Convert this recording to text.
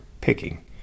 Picking